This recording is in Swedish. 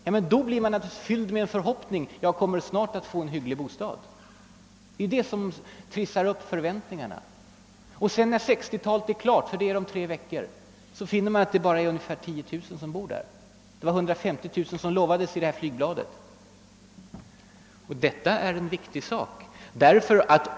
Han eller hon blir naturligtvis fylld av förhoppningar och tänker: Jag kommer snart att få en hygglig bostad. När sedan 1960-talet är slut — vilket det är om tre veckor — finner vi att bara ungefär 10 000 människor bor där mot de utlovade 150 000. Det här är viktigt, herr Norling.